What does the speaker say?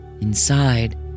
Inside